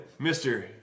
Mr